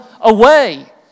away